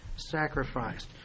sacrificed